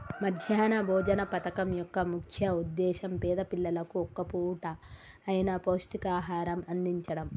మధ్యాహ్న భోజన పథకం యొక్క ముఖ్య ఉద్దేశ్యం పేద పిల్లలకు ఒక్క పూట అయిన పౌష్టికాహారం అందిచడం